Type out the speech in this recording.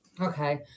Okay